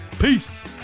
Peace